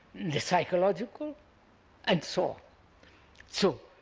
the psychological and so so